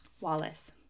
Wallace